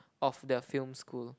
of the film school